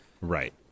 Right